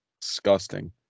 Disgusting